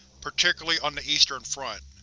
particularly on the eastern front.